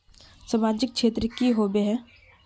सामाजिक क्षेत्र की होबे है?